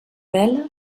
bela